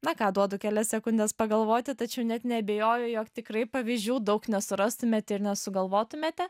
na ką duodu kelias sekundes pagalvoti tačiau net neabejoju jog tikrai pavyzdžių daug nesurastumėt ir nesugalvotumėte